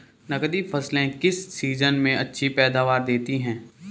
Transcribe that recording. नकदी फसलें किस सीजन में अच्छी पैदावार देतीं हैं?